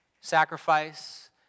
sacrifice